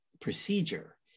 procedure